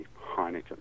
Heineken